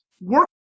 Work